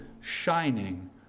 shining